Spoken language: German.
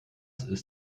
ist